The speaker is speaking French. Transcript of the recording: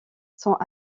sont